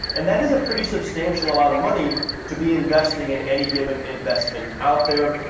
and that is a pretty substantial amount of money to be investing in any given investment out there.